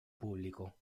público